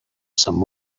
some